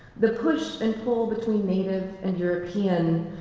the push and pull between native and european,